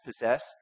possess